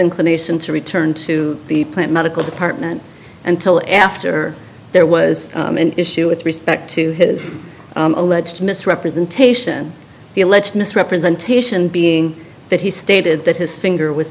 disinclination to return to the plant medical department until after there was an issue with respect to his alleged misrepresentation the alleged misrepresentation being that he stated that his finger with